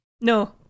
No